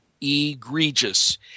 egregious